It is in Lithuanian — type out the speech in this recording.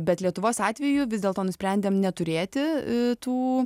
bet lietuvos atveju vis dėlto nusprendėm neturėti tų